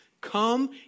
Come